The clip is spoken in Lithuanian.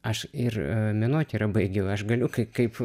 aš ir menotyrą baigiau aš galiu kai kaip